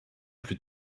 plus